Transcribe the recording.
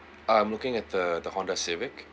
I'm looking at the the Honda civic